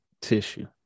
tissue